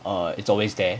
uh is always there